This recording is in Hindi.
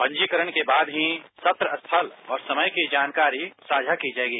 पंजीकरण के बाद ही सत्र स्थल और समय की जानकारी साझा की जाएगी